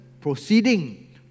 proceeding